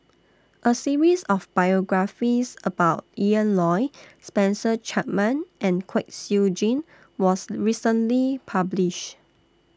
A series of biographies about Ian Loy Spencer Chapman and Kwek Siew Jin was recently published